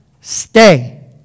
Stay